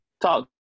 Talk